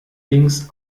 dings